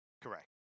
correct